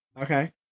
okay